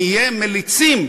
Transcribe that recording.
נהיה מליצים,